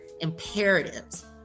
imperatives